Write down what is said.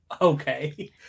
okay